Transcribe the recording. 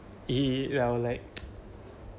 he I will like